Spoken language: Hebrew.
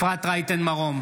אפרת רייטן מרום,